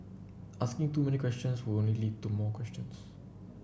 asking too many questions would only lead to more questions